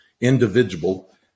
individual